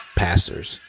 pastors